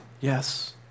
Yes